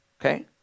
Okay